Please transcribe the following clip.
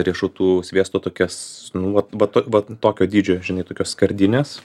riešutų sviesto tokias nu vat vat vat tokio dydžio žinai tokias skardines